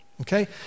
Okay